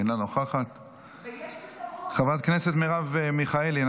אינה נוכחת, חברת הכנסת מרב מיכאלי אינה